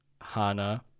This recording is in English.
Hana